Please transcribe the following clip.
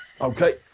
Okay